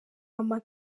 ama